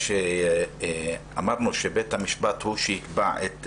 שברגע שאמרנו שבית המשפט הוא שיקבע,